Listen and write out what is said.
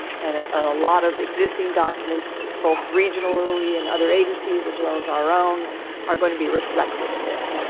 and ah a lot of existing documents, both regionally and other agencies as well as our own are gonna be reflected in this.